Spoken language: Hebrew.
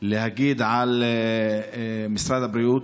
להגיד על משרד הבריאות.